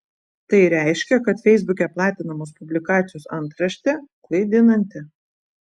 tai reiškia kad feisbuke platinamos publikacijos antraštė klaidinanti